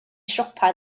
siopa